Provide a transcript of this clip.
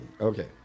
Okay